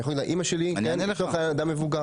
אימא שלי אדם מבוגר.